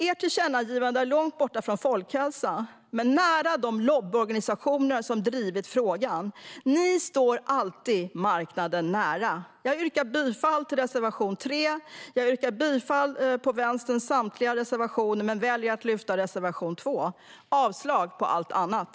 Ert tillkännagivande är långt borta från folkhälsan men nära de lobbyorganisationer som drivit frågan. Ni står alltid marknaden nära. Jag står bakom Vänsterpartiets samtliga reservationer men väljer att yrka bifall enbart till reservation 2. Jag yrkar avslag på allt annat.